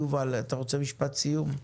יובל, אתה רוצה להגיד משפט לסיום?